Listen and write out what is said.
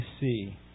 see